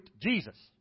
Jesus